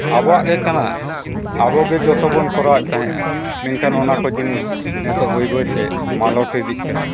ᱟᱵᱚᱣᱟᱜ ᱜᱮ ᱠᱟᱱᱟ ᱟᱵᱚ ᱜᱮ ᱡᱚᱛᱚ ᱵᱚᱱ ᱠᱚᱨᱟᱣᱮᱫ ᱛᱟᱦᱮᱸ ᱠᱟᱱᱟ ᱢᱮᱱᱠᱷᱟᱱ ᱚᱱᱟ ᱠᱚ ᱡᱤᱱᱤᱥ ᱱᱤᱛᱚᱜ ᱵᱟᱹᱭ ᱵᱟᱹᱭᱛᱮ ᱢᱟᱞᱚᱴ ᱤᱫᱤᱜ ᱠᱟᱱᱟ